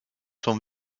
sont